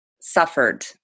suffered